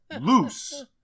loose